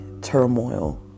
turmoil